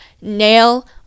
Nail